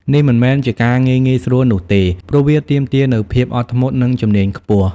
នេះមិនមែនជាការងារងាយស្រួលនោះទេ ព្រោះវាទាមទារនូវភាពអត់ធ្មត់ និងជំនាញខ្ពស់។